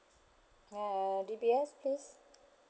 err D_B_S please